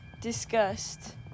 disgust